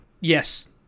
yes